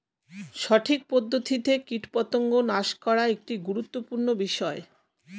সঠিক পদ্ধতিতে কীটপতঙ্গ নাশ করা একটি গুরুত্বপূর্ণ বিষয়